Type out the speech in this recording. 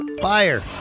fire